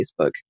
Facebook